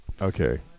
Okay